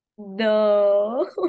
no